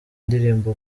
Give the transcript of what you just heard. ndirimbo